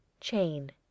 Chain